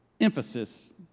emphasis